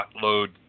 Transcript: load